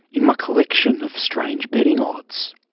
in my collection of strange betting odds.